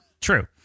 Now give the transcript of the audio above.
True